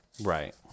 right